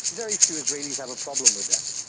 very few israelis have a problem with that.